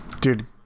dude